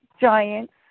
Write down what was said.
giants